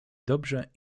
dobrze